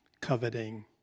coveting